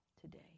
today